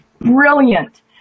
brilliant